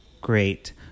Great